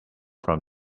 from